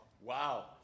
Wow